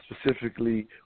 Specifically